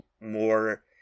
more